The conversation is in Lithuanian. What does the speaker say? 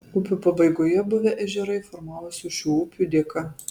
upių pabaigoje buvę ežerai formavosi šių upių dėka